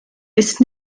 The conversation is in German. ist